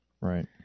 right